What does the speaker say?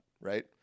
right